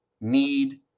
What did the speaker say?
need